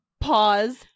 pause